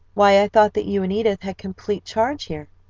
why i thought that you and edith had complete charge here,